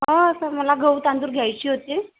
हो सर मला गहू तांदूळ घ्यायची होती